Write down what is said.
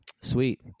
Sweet